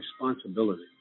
responsibility